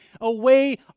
away